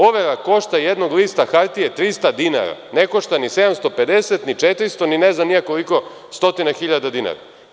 Overa jednog lista hartije košta 300 dinara, ne košta ni 750, ni 400, ni ne znam ni ja koliko stotina hiljada dinara.